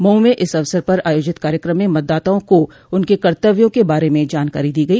मऊ में इस अवसर पर आयोजित कार्यक्रम में मतदाताओं को उनके कर्तव्यों के बारे में जानकारी दी गई